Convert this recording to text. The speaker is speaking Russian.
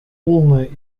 полная